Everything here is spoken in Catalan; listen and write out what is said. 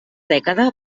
dècada